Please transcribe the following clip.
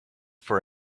for